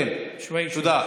כן, תודה.